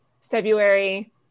February